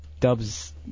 Dubs